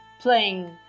playing